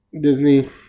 Disney